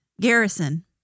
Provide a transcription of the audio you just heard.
Garrison